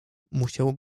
musiał